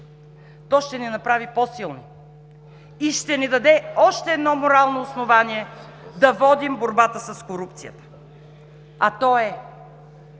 То ще ни направи по-силни и ще ни даде още едно морално основание да водим борбата с корупцията, а то е,